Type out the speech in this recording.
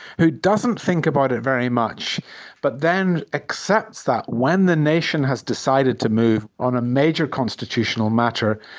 who doesn't think about it very much but then accepts that when the nation has decided to move on a major constitutional matter,